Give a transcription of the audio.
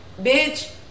Bitch